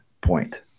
point